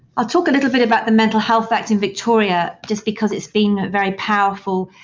i'll talk a little bit about the mental health act in victoria, just because it's been a very powerful